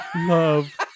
love